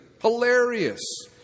Hilarious